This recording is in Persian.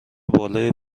بالای